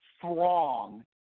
throng